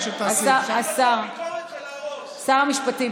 שר המשפטים,